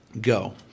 Go